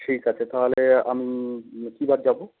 ঠিক আছে তাহলে আমি কী বার যাব